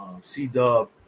C-Dub